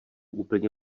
úplně